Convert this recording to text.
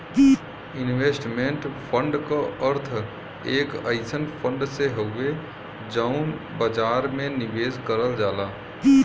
investment fund क अर्थ एक अइसन फण्ड से हउवे जौन बाजार में निवेश करल जाला